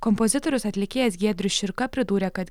kompozitorius atlikėjas giedrius širka pridūrė kad